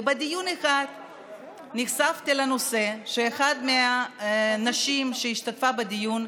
ובדיון אחד נחשפתי לנושא כשאחת מהנשים שהשתתפה בדיון,